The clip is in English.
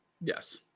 Yes